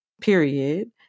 period